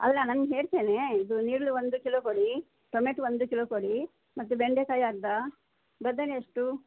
ಅಲ್ಲ ನಂಗೆ ಹೇಳ್ತೇನೆ ಇದು ನೀರುಳ್ಳಿ ಒಂದು ಕಿಲೋ ಕೊಡಿ ಟೊಮೆಟೊ ಒಂದು ಕಿಲೋ ಕೊಡೀ ಮತ್ತು ಬೆಂಡೆಕಾಯಿ ಅರ್ಧ ಬದನೆ ಎಷ್ಟು